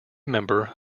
member